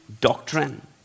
doctrine